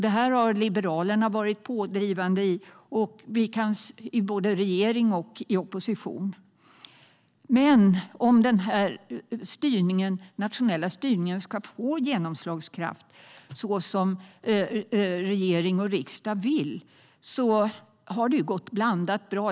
Det här har Liberalerna varit pådrivande för både i regering och i opposition. Men när det gäller att den nationella styrningen ska få genomslagskraft så som regering och riksdag vill har det gått så där.